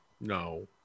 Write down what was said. No